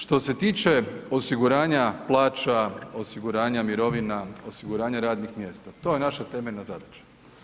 Što se tiče osiguranja plaća, osiguranja mirovina, osiguranja radnih mjesta, to je naša temeljna zadaća.